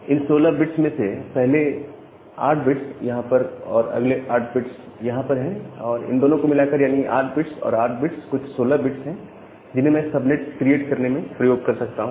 इन 16 bits में से पहले 8 बिट्स यहां पर और अगले 8 बिट्स यहां पर हैं और इन दोनों को मिलाकर यानी 8 बिट्स और 8 बिट्स कुल 16 बिट्स हैं जिन्हें मैं सबनेट्स क्रिएट करने में प्रयोग कर सकता हूं